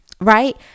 Right